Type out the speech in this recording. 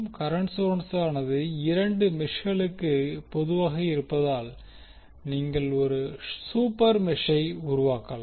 current சோர்ஸானது இரண்டு மெஷ்களுக்கு பொதுவாக இருப்பதால் நீங்கள் ஒரு சூப்பர்மெஷ்ஷை உருவாக்கலாம்